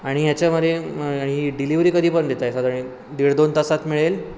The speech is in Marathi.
आणि ह्याच्यामध्ये ही डिलिवरी कधीपर्यंत देताय साधारण दीड दोन तासात मिळेल